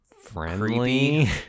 Friendly